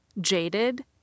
jaded